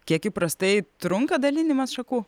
kiek įprastai trunka dalinimas šakų